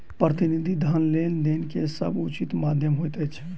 प्रतिनिधि धन लेन देन के सभ सॅ उचित माध्यम होइत अछि